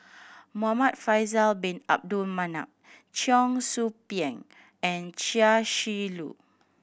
Muhamad Faisal Bin Abdul Manap Cheong Soo Pieng and Chia Shi Lu